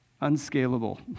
unscalable